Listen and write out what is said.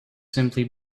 simply